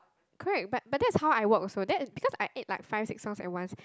correct but but that's how I work also that's because I add like five six songs at once